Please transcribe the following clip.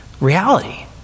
reality